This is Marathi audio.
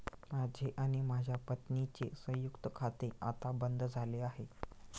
माझे आणि माझ्या पत्नीचे संयुक्त खाते आता बंद झाले आहे